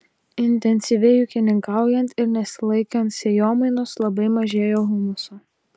intensyviai ūkininkaujant ir nesilaikant sėjomainos labai mažėja humuso